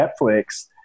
Netflix